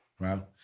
Wow